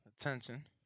attention